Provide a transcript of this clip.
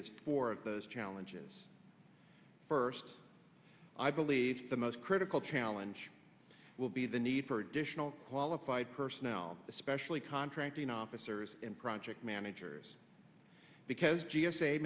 is for those challenges first i believe the most critical challenge will be the need for additional qualified personnel especially contracting officers and project managers because g